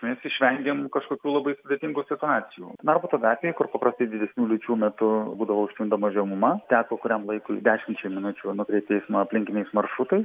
mes išvengėm kažkokių labai sudėtingų situacijų narbuto gatvėje kur paprastai didesnių liūčių metu būdavo užtvindoma žemuma teko kuriam laikui dešimčiai minučių nukreipt eismą aplinkiniais maršrutai